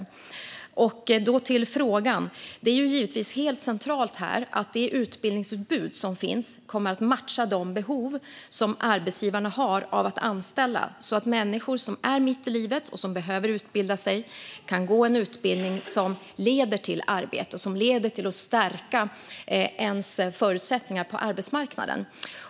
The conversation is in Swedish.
Som svar på frågan är det givetvis helt centralt att utbildningsutbudet matchar arbetsgivarnas behov så att människor som är mitt i livet och behöver utbilda sig kan gå en utbildning som både leder till arbete och till att stärka ens förutsättningar på arbetsmarknaden.